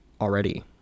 already